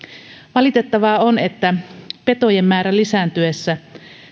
valitettavaa on että petojen määrän lisääntyessä